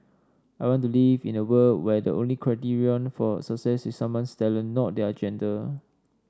I want to live in a world where the only criterion for success is someone's talent not their gender